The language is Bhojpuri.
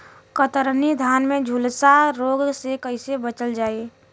कतरनी धान में झुलसा रोग से कइसे बचल जाई?